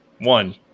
one